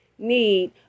need